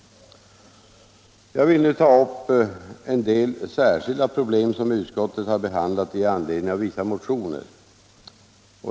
Jag vill nu ta upp en del särskilda problem som utskottet behandlat i anledning av vissa motioner.